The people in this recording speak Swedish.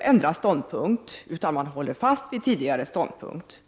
ändra ståndpunkt, utan de håller fast vid tidigare ståndpunkt.